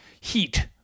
heat